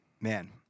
man